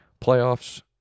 playoffs